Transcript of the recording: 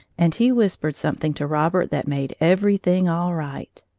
and he whispered something to robert that made everything all right.